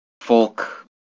folk